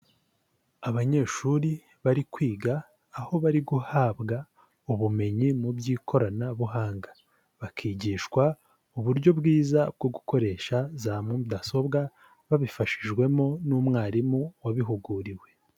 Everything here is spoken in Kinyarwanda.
Abanyeshuri bari kwiga aho bari guhabwa ubumenyi mu by'ikoranabuhanga, bakigishwa uburyo bwiza bwo gukoresha za mudasobwa babifashijwemo n'umwarimu wabihuguriwe.